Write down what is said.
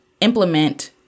implement